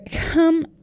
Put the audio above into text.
come